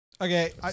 Okay